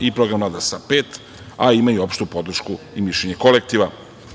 i program rada sa „pet“, a ima i opštu podršku i mišljenje kolektiva. Što